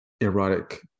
erotic